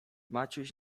maciuś